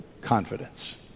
confidence